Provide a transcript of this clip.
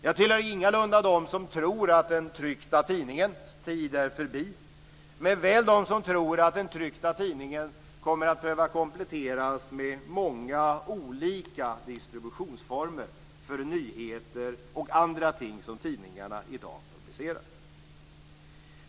Jag tillhör ingalunda dem som tror att den tryckta tidningens tid är förbi, men väl dem som tror att den tryckta tidningen kommer att behöva kompletteras med många olika distributionsformer för nyheter och andra ting som tidningarna i dag publicerar.